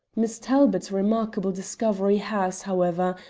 miss talbot's remarkable discovery has, however,